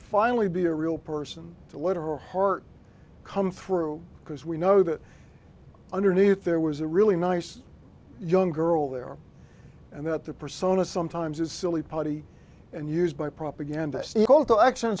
finally be a real person to literal heart come through because we know that underneath there was a really nice young girl there and that the persona sometimes is silly putty and used by propagand